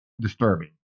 disturbing